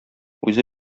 үзе